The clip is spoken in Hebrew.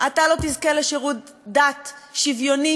אתה לא תזכה לשירות דת שוויוני,